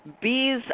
Bees